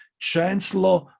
Chancellor